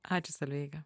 ačiū solveiga